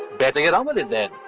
better get on with it, then.